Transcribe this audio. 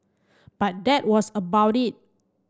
but that was about it